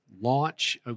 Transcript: launch